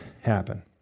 happen